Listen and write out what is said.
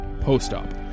Post-Op